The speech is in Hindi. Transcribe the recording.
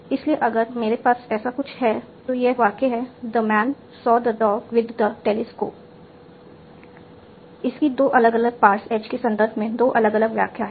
इसलिए अगर मेरे पास ऐसा कुछ है तो यह वाक्य है the man saw the dog with the telescope इसकी दो अलग अलग पार्स एज के संदर्भ में दो अलग अलग व्याख्या है